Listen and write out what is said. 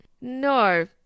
No